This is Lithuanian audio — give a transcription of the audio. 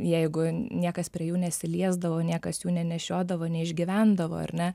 jeigu niekas prie jų nesiliesdavo niekas jų nenešiodavo neišgyvendavo ar ne